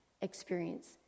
experience